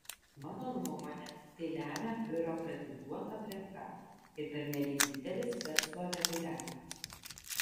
mano nuomone tai lemia biurokratizuota aplinka ir pernelyg didelis verslo reguliavimas